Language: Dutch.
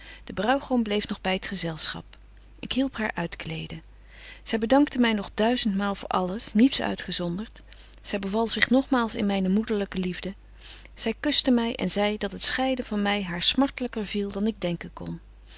de bruigom bleef nog by t gezelschap ik hielp haar uitkleden zy bedankte my nog duizendmaal voor alles niets uitgezondert zy beval zich nogmaal in myne moederlyke liefde zy kuschte my en zei dat het scheiden van my haar smartlyker viel dan ik denken kon